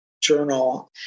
journal